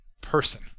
person